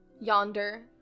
yonder